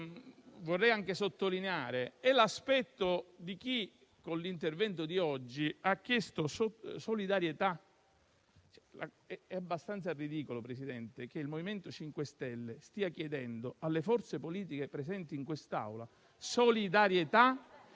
vorrei anche sottolineare è l'aspetto di chi, con l'intervento di oggi, ha chiesto solidarietà. È abbastanza ridicolo, Presidente, che il MoVimento 5 Stelle stia chiedendo alle forze politiche presenti in quest'Aula solidarietà